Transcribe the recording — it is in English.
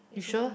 you sure